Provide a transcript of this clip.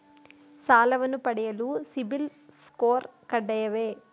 ಸಾಲವನ್ನು ಪಡೆಯಲು CIBIL score ಕಡ್ಡಾಯವೇ?